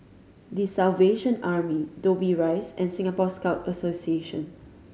The Salvation Army Dobbie Rise and Singapore Scout Association